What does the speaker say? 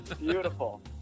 Beautiful